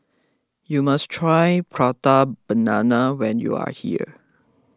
you must try Prata Banana when you are here